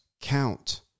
count